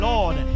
Lord